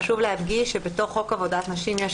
חשוב להדגיש שבתוך חוק עבודת נשים יש